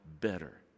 better